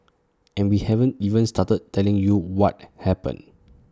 and we haven't even started telling you what happened